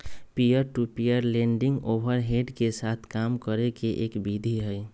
peer to peer lending overhead के साथ काम करे के एक विधि हई